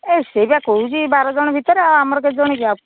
ଏ ସେ ବା କହୁଛି ବାର ଜଣ ଭିତରେ ଆମର କେତେ ଜଣ ଆଉ